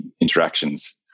interactions